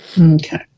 Okay